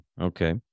Okay